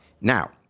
Now